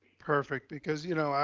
perfect, because, you know,